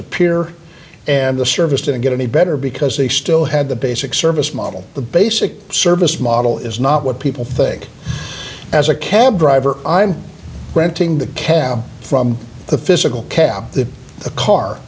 appear and the service didn't get any better because they still had the basic service model the basic service model is not what people think as a cab driver i'm renting the cab from the physical ca